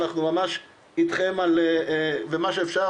אנחנו ממש איתכם ומה שאפשר,